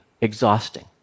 exhausting